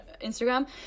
Instagram